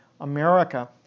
America